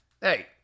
hey